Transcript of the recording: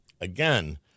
Again